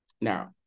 Now